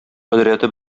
кодрәте